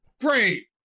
Great